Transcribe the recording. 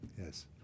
Yes